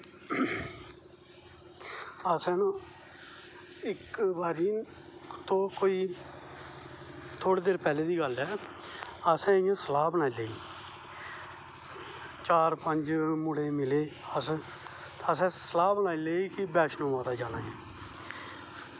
अस ना इक बारी इत्थूं कोई थोह्ड़ी देर पैह्लें दा गल्ल ऐ असें इयां सलाह् बनाई लेई चार पंज मुड़े मिले अस असें सलाह् बनाई लेई कि बैष्णों माता जाना ऐ